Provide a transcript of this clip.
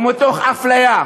ומתוך אפליה,